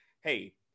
hey